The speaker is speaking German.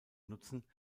nutzen